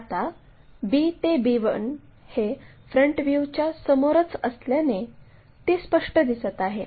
आता b ते b1 हे फ्रंट व्ह्यूच्या समोरच असल्याने ती स्पष्ट दिसत आहे